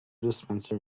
dispenser